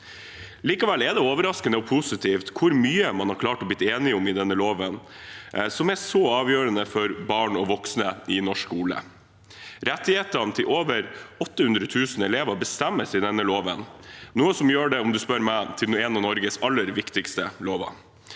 Likevel er det overraskende og positivt hvor mye man har klart å bli enige om i denne loven, som er så avgjørende for barn og voksne i norsk skole. Rettighetene til over 800 000 elever bestemmes i denne loven, noe som gjør den, om du spør meg, til en av Norges aller viktigste lover.